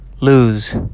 lose